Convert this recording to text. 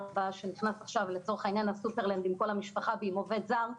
שנכנס עכשיו לתוך הסופרלנד עם כל המשפחה ועם עובד זר,